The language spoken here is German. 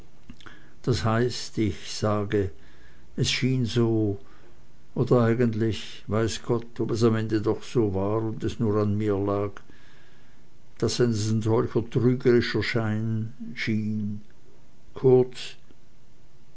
das heißt ich sage es schien so oder eigentlich weiß gott ob es am ende doch so war und es nur an mir lag daß es ein solcher trügerischer schein schien kurz